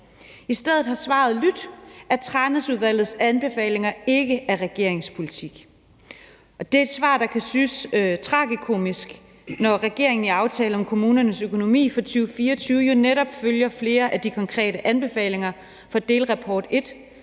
I stedet har svaret lydt, at Tranæsudvalgets anbefalinger ikke er regeringens politik, og det er et svar, der kan synes tragikomisk, når regeringen i »Aftale om kommunernes økonomi for 2024« jo netop følger flere af de konkrete anbefalinger fra den første